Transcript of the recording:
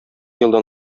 елдан